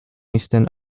eastern